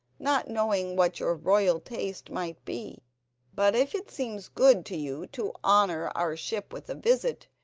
not knowing what your royal taste might be but if it seems good to you to honour our ship with a visit,